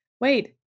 Wait